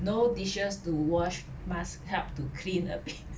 no dishes to wash must help to clean a bit